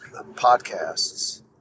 podcasts